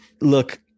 look